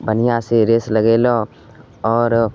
बढ़िआँसँ रेस लगेलहुँ आओर